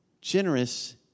generous